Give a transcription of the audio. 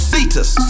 Cetus